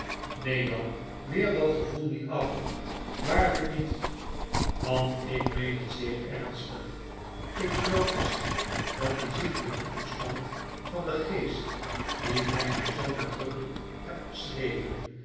neen jan weer dat gevoel niet af waarlijk niet want ik meen het zeer ernstig ik geloof vast dat die ziekeiyke toestand van den geest dien gy my zoo nadrukkelijk hebt beschreven